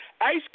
Ice